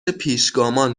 پیشگامان